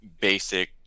basic